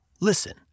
listen